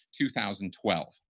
2012